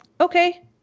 okay